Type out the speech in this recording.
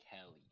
Kelly